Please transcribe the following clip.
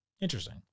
Interesting